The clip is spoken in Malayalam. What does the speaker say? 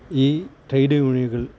ഈ ട്രേഡ് യൂണിയനുകൾ